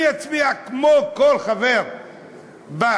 אני אצביע כמו כל חבר בקואליציה,